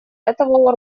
этого